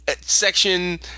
section